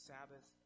Sabbath